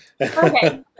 Okay